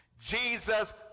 Jesus